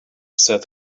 said